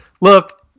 Look